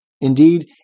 Indeed